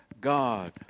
God